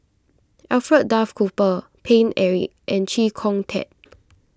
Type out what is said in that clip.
Alfred Duff Cooper Paine Eric and Chee Kong Tet